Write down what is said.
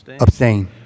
Abstain